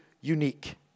unique